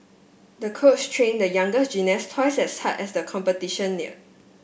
the coach train the young gymnast twice as hard as the competition neared